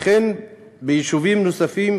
וכן ביישובים נוספים,